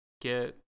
get